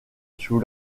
sous